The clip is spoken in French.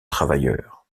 travailleur